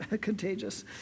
contagious